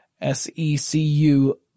S-E-C-U